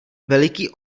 veliký